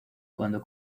cuando